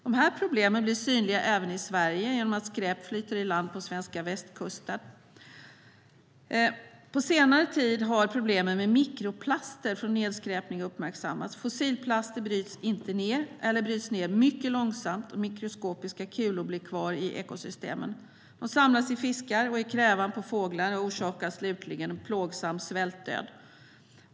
De problemen blir synliga även i Sverige genom att skräp flyter i land på den svenska västkusten. På senare tid har problemet med mikroplaster från nedskräpning uppmärksammats. Fossilplaster bryts inte ned eller bryts ned mycket långsamt, och mikroskopiska kulor blir kvar i ekosystemen. De samlas i fiskar och i krävan på fåglar och orsakar slutligen en plågsam svältdöd.